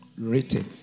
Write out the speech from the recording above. Written